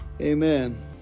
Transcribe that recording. Amen